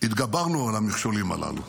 התגברנו על המכשולים הללו.